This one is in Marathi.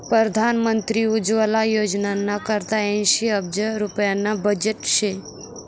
परधान मंत्री उज्वला योजनाना करता ऐंशी अब्ज रुप्याना बजेट शे